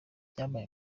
vyabaye